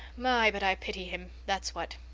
my, but i pity him, that's what.